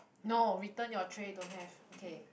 no return your tray don't have okay